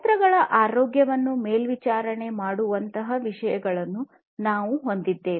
ಯಂತ್ರಗಳ ಆರೋಗ್ಯವನ್ನು ಮೇಲ್ವಿಚಾರಣೆ ಮಾಡುವಂತಹ ವಿಷಯಗಳನ್ನು ನಾವು ಹೊಂದಿದ್ದೇವೆ